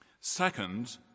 Second